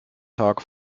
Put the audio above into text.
tag